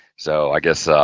so i guess,